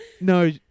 No